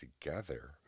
together